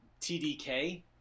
TDK